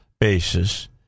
basis